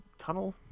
tunnel